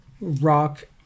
rock